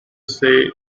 say